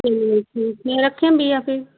चलिए ठीक फिर रखें भैया फिर